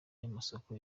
y’amasoko